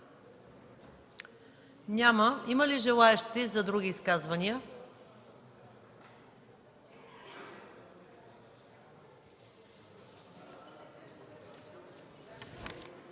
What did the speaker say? Няма. Има ли желаещи за други изказвания